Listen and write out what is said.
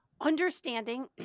understanding